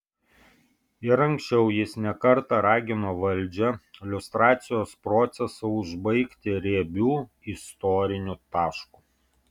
ir anksčiau jis ne kartą ragino valdžią liustracijos procesą užbaigti riebiu istoriniu tašku